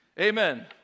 Amen